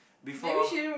before